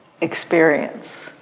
experience